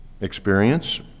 experience